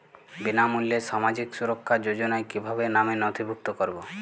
বিনামূল্যে সামাজিক সুরক্ষা যোজনায় কিভাবে নামে নথিভুক্ত করবো?